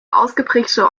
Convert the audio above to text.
ausgeprägte